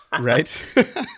Right